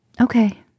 Okay